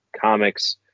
comics